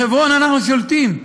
בחברון אנחנו שולטים,